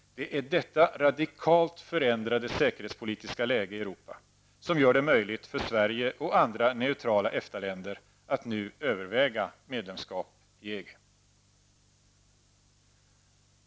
Det är detta radikalt förändrade säkerhetspolitiska läge i Europa som gör det möjligt för Sverige och andra neutrala EFTA-länder att nu överväga medlemskap i EG.